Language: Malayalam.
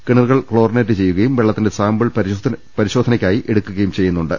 കിണറുകൾ ക്ലോറിനേറ്റ് ചെയ്യുകയും വെള്ളത്തിന്റെ സാമ്പിൾ പരിശോധനയ്ക്കായി എടുക്കുകയും ചെയ്യുന്നുണ്ട്